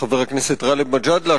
חבר הכנסת גאלב מג'אדלה,